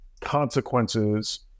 consequences